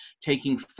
taking